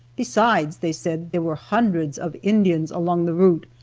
besides, they said, there were hundreds of indians along the route,